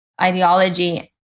ideology